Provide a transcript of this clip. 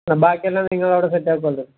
ആ ബാക്കിയെല്ലാം നിങ്ങളവിടെ സെറ്റാക്കുമല്ലോ